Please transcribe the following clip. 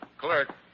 Clerk